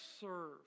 serve